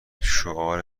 شعار